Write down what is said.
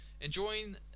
enjoying